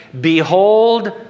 behold